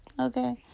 Okay